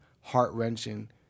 heart-wrenching